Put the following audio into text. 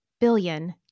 billion